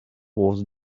was